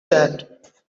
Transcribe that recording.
that